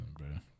Man